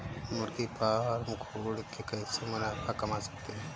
मुर्गी फार्म खोल के कैसे मुनाफा कमा सकते हैं?